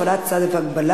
הפעלת צו הגבלה),